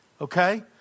okay